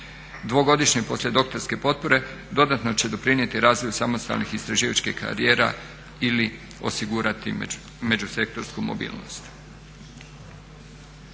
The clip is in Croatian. Dvogodišnje poslijedoktorske potpore dodatno će doprinijeti razvoju samostalnih istraživačkih karijera ili osigurati međusektorsku mobilnost.